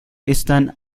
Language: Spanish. están